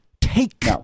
take